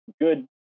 good